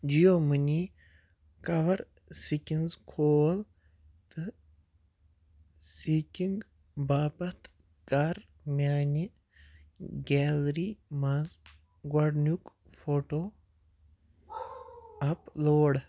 Jio money کَور سِکِنٕز کھول تہٕ سِیٖکِنٛگ باپتھ کَر میٛانہِ گیلری منٛز گۄڈنیُک فوٹوٗ اَپ لوڈ